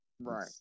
Right